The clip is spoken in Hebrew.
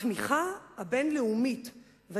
כשהתמיכה הבין-לאומית בישראל,